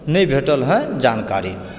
नहि भेटल हँ जानकारी